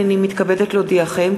הנני מתכבדת להודיעכם,